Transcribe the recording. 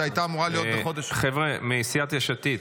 שהייתה אמורה להיות בחודש --- חבר'ה מסיעת יש עתיד,